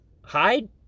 hide